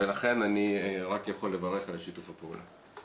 לכן אני רק יכול לברך על שיתוף הפעולה.